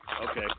Okay